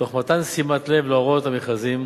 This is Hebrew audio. תוך מתן שימת לב להוראות המכרזים,